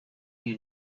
you